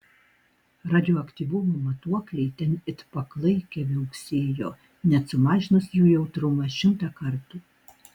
radioaktyvumo matuokliai ten it paklaikę viauksėjo net sumažinus jų jautrumą šimtą kartų